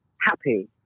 happy